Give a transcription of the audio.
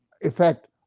effect